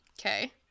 Okay